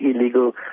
illegal